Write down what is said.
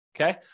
okay